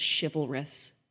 chivalrous